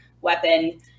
weapon